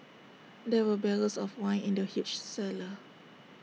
there were barrels of wine in the huge cellar